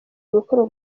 gukorera